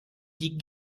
die